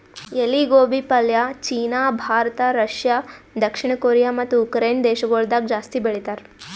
ಎಲಿ ಗೋಬಿ ಪಲ್ಯ ಚೀನಾ, ಭಾರತ, ರಷ್ಯಾ, ದಕ್ಷಿಣ ಕೊರಿಯಾ ಮತ್ತ ಉಕರೈನೆ ದೇಶಗೊಳ್ದಾಗ್ ಜಾಸ್ತಿ ಬೆಳಿತಾರ್